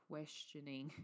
questioning